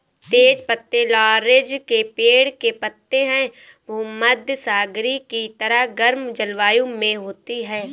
तेज पत्ते लॉरेल के पेड़ के पत्ते हैं भूमध्यसागरीय की तरह गर्म जलवायु में होती है